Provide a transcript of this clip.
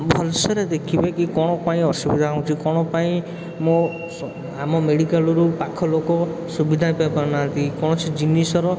ଭଲସେରେ ଦେଖିବେ କି କ'ଣ ପାଇଁ ଅସୁବିଧା ହୋଉଛି କ'ଣ ପାଇଁ ମୋ ସ ଆମ ମେଡ଼ିକାଲରୁ ପାଖ ଲୋକ ସୁବିଧା ପାଇ ପାରୁନାହାନ୍ତି କୌଣସି ଜିନିଷର